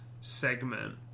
segment